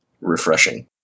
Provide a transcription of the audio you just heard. refreshing